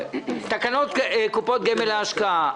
תקנות קופות גמל להשקעה,